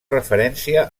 referència